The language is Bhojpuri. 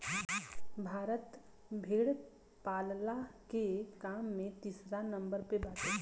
भारत भेड़ पालला के काम में तीसरा नंबर पे बाटे